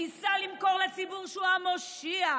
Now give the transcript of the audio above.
ניסה למכור לציבור שהוא המושיע,